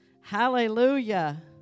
Hallelujah